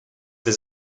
his